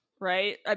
right